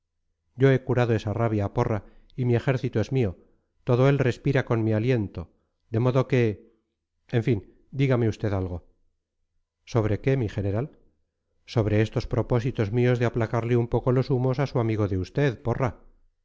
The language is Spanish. yo he curado esa rabia porra y mi ejército es mío todo él respira con mi aliento de modo que en fin dígame usted algo sobre qué mi general sobre estos propósitos míos de aplacarle un poco los humos a su amigo de usted porra